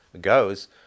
goes